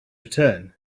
return